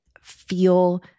feel